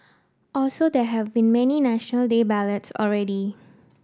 also there have been many National Day ballads already